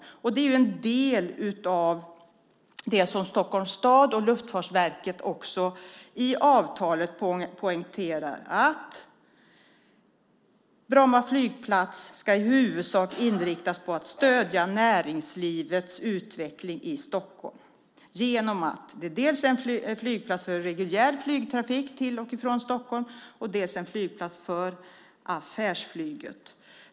Det är en del av det som Stockholms stad och Luftfartsverket i avtalet poängterar: Bromma flygplats ska i huvudsak inriktas på att stödja näringslivets utveckling i Stockholm genom att dels vara en flygplats för reguljär flygtrafik till och från Stockholm och dels en flygplats för affärsflyget.